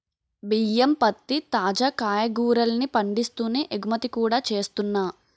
బియ్యం, పత్తి, తాజా కాయగూరల్ని పండిస్తూనే ఎగుమతి కూడా చేస్తున్నా